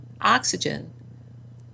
oxygen